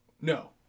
No